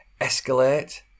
escalate